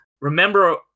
Remember